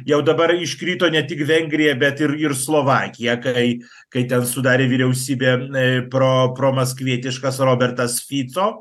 jau dabar iškrito ne tik vengrija bet ir ir slovakija kai kai ten sudarė vyriausybė e pro promaskvietiškas robertas fico